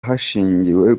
hashingiwe